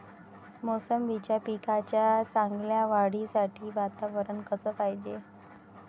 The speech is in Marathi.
मोसंबीच्या पिकाच्या चांगल्या वाढीसाठी वातावरन कस पायजे?